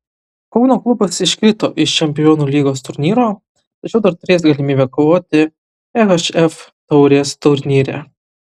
kauno klubas iškrito iš čempionų lygos turnyro tačiau dar turės galimybę kovoti ehf taurės turnyre